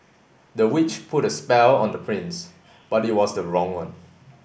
the witch put a spell on the prince but it was the wrong one